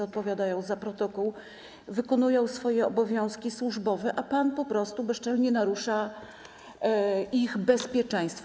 Odpowiadają za protokół, wykonują swoje obowiązki służbowe, a pan po prostu bezczelnie narusza ich bezpieczeństwo.